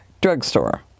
drugstore